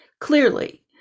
clearly